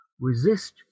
resist